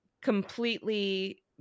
completely